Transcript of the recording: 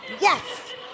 Yes